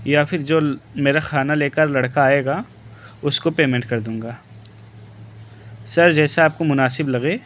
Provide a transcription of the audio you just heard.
یا پھر جو میرا کھانا لے کر لڑکا آئے گا اس کو پیمنٹ کر دوں گا سر جیسا آپ کو مناسب لگے